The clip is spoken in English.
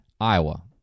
Iowa